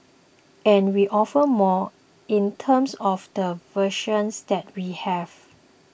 and we offer more in terms of the version that we have